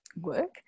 work